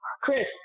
Chris